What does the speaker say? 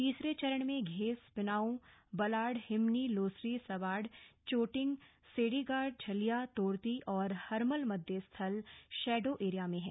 तीसरे चरण में घेस पिनाउं बलाण हिमनी लोसरी सवाड चोटिंग सेरीगाड झलिया तोरती और हरमल मतदेय स्थल शैडो एरिया में है